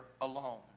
alone